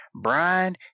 Brian